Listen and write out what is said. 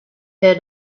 heard